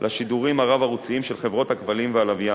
לשידורים הרב-ערוציים של חברות הכבלים והלוויין.